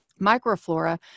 microflora